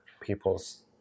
people's